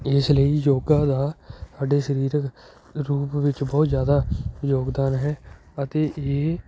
ਇਸ ਲਈ ਯੋਗਾ ਦਾ ਸਾਡੇ ਸਰੀਰਕ ਰੂਪ ਵਿੱਚ ਬਹੁਤ ਜ਼ਿਆਦਾ ਯੋਗਦਾਨ ਹੈ ਅਤੇ ਇਹ